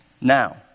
Now